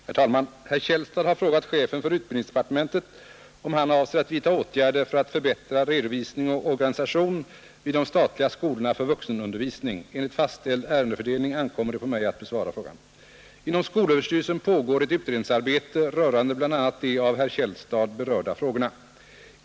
Herr talman! Herr Källstad har frågat chefen för utbildningsdepartementet, om han avser att vidta åtgärder för att förbättra redovisning och organisation vid de statliga skolorna för vuxenundervisning. Enligt fastställd ärendefördelning ankommer det på mig att besvara frågan. Inom skolöverstyrelsen pågår ett utredningsarbete rörande bl.a. de av herr Källstad berörda frågorna.